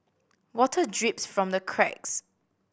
water drips from the cracks